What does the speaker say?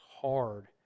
hard